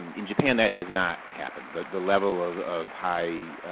um in japan, that has not happened. the the level of of high